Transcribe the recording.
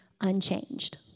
unchanged